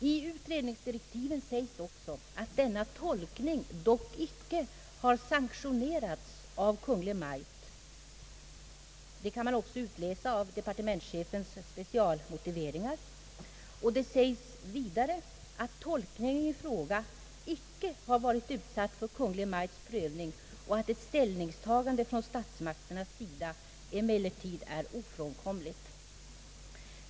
I utredningsdirektiven sägs också att denna tolkning dock icke har sanktionerats av Kungl. Maj:t, vilket också kan utläsas av departementschefens specialmotiveringar. Det sägs vidare, att tolkningen i fråga inte har varit utsatt för Kungl. Maj:ts prövning och att ett ställningstagande från statsmakternas sida emellertid är ofrånkomligt.